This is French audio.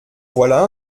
voilà